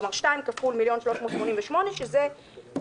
כלומר שתיים כפול 1,388,000 ש"ח,